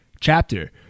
chapter